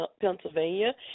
Pennsylvania